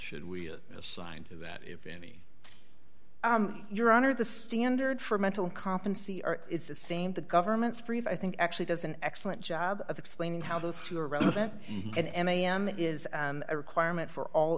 should we assigned to that if any your honor the standard for mental competency are the same the government's brief i think actually does an excellent job of explaining how those two are relevant and m a m it is a requirement for all